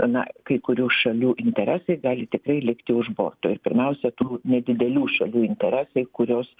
na kai kurių šalių interesai gali tikrai likti už borto ir pirmiausia tų nedidelių šalių interesai kurios